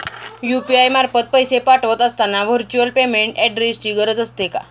UPI मार्फत पैसे पाठवत असताना व्हर्च्युअल पेमेंट ऍड्रेसची गरज असते का?